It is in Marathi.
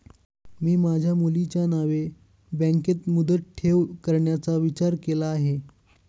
मी माझ्या मुलीच्या नावे बँकेत मुदत ठेव करण्याचा विचार केला आहे